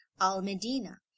Al-Medina